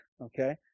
okay